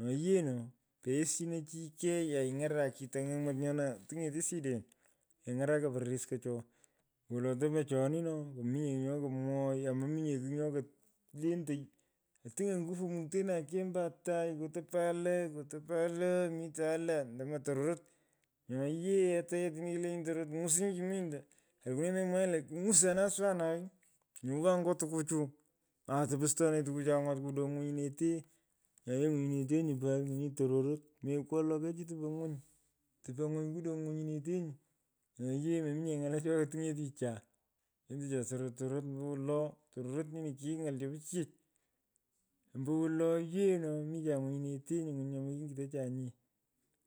Nyo yee no poyosyinochikei aing’arak chji ptanye’nymot tungeti sideni. keny’araka pororiskocjo ombowolo tomo choni noo komominye kigh nyo komwoghoi aa mominye kigh nyoo kolentei. otiny’on ngufu muktena kei ombo atai. kotopan lo. kotopan lo. mitan lo mdomo tororot. nyo yee ata yeew otini kelenyi tororot ng’usinyi kiminy lo kalukunee memwaghanyi lo. ng’usasin aswanai owan nyo tukuchu. nata pustonenyi tukuchai kudong’ ng’unyinete. nyo yee nyuu nyi tororot. mekwolo kei chi tupo ng’uny. tupo ng’uny kudong ng’unyinetenyi. Nyo yee mominye ng’alechi lo tungeticha. lenchinecha tororot soro ombo wolo tororot nyini kigh ng’al cho pichiyech ombowolo yee no micha ng’unyinetenyi nyo mukiny’utochunyee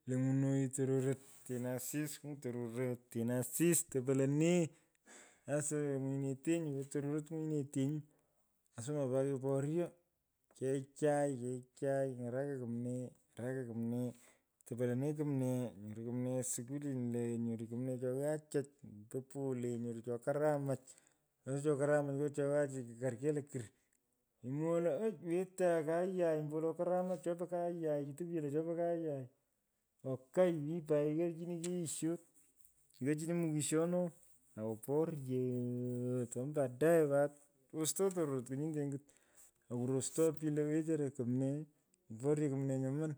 lo ng’unoy tororot teno asis ng’won tororot. teno asis topo lenee. sasayenyu ng’unyinetenyi po tororot ng’unyinetenyi. lasma pat keporyo keyigh chai keyigh chai ny’araka kumnee nyaraka kumnee. topo lenee kumnee. nyoru kumnee shugulin lo. nyoru kumnee cho ghaachac. ombo pole nyoru cho karamach; mokay cho karamach ngocho ghaaachach kukarkei lokurr. memwoi lo och wetan kayai ombowolo karamach chopo kayai. topyo lo chopo kayai kokai min pat yorchini chi tomi badae pat rpostoi tororot knyinde angit. akurostoi pich lo wechora kumnee kiporyo kumnee nyoman.